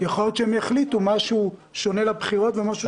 ודבר שונה למימון השוטף.